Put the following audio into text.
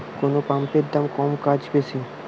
কোন পাম্পের দাম কম কাজ বেশি?